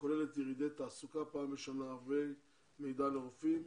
שכוללת ירידי תעסוקה פעם בשנה ומידע לרופאים,